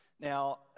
Now